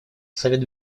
совет